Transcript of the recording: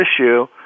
issue